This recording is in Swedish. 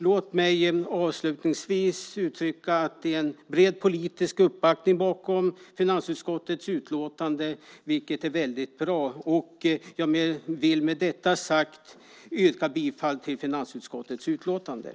Låt mig avslutningsvis uttrycka att det är en bred politisk uppbackning bakom finansutskottets utlåtande, vilket är mycket bra. Med detta sagt vill jag yrka bifall till förslaget i utlåtandet.